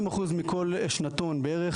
50 אחוז מכל שנתון בערך,